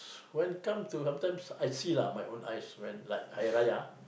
when come to sometimes I see lah my own eyes like when Hari Raya